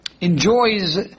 enjoys